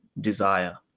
desire